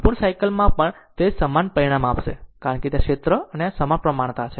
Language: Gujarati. સંપૂર્ણ સાયકલ માં પણ તે સમાન પરિણામ આપશે કારણ કે આ ક્ષેત્ર અને આ તે સપ્રમાણતા છે